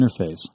interface